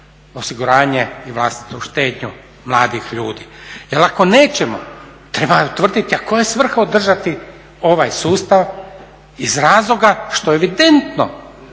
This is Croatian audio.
osiguranje i vlastitu štednju mladih ljudi. Jer ako nećemo treba utvrditi a koja je svrha održati ovaj sustav iz razloga što je evidentno